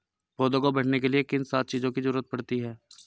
पौधों को बढ़ने के लिए किन सात चीजों की जरूरत होती है?